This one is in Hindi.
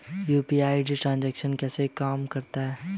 यू.पी.आई ट्रांजैक्शन कैसे काम करता है?